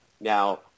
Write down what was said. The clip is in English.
now